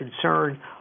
concern